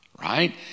right